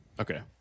Okay